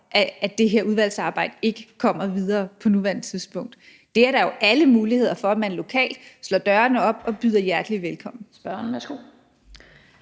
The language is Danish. at det her udvalgsarbejde ikke kommer videre på nuværende tidspunkt. Det er der jo alle muligheder for lokalt, altså for, at man lokalt slår dørene op og byder hjertelig velkommen.